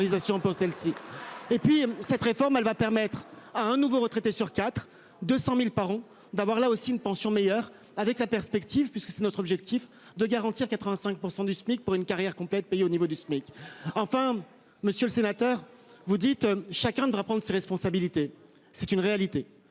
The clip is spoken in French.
Et puis cette réforme, elle va permettre à un nouveau retraité sur 4 200.000 parents d'avoir là aussi une pension meilleure avec la perspective puisque c'est notre objectif de garantir 85% du SMIC pour une carrière complète payés au niveau du SMIC. Enfin, monsieur le sénateur, vous dites, chacun devra prendre ses responsabilités. C'est une réalité.